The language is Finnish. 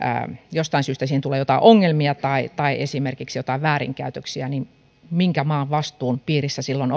jostain syystä tulee joitain ongelmia tai tai esimerkiksi joitain väärinkäytöksiä minkä maan vastuun piirissä silloin